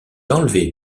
enlevé